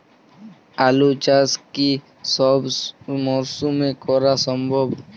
আলু চাষ কি সব মরশুমে করা সম্ভব?